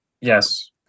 Yes